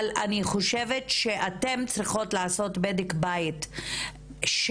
אבל אני חושבת שאתן צריכות לעשות בדק בית של